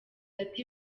ati